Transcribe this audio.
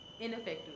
Ineffective